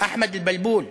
אחמד אל-בלבול,